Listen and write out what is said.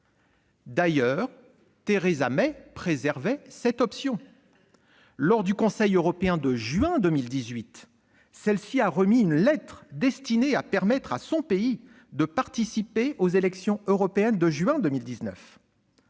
D'ailleurs, Theresa May préserve cette option. Lors du dernier conseil européen [de juin 2018], elle a remis une lettre destinée à permettre à son pays de participer aux élections européennes de 2019,